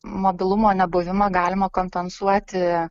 mobilumo nebuvimą galima kompensuoti